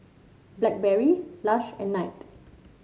Blackberry Lush and Knight